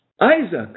Isaac